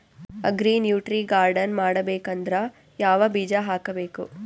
Agri nutri garden ಮಾಡಬೇಕಂದ್ರ ಯಾವ ಬೀಜ ಹಾಕಬೇಕು?